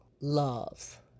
love